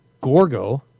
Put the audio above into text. Gorgo